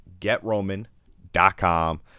GetRoman.com